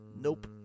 Nope